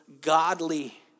godly